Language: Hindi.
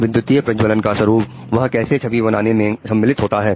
विद्युतीय प्रज्वलन का स्वरूप वह कैसे छवि बनाने में सम्मिलित होता है